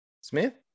Smith